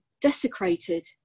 desecrated